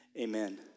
amen